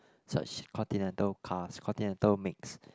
such continental cars continental mix